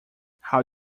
how